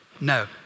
No